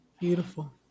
Beautiful